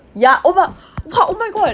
ya oh my ya oh my god